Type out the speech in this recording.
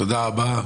תודה רבה.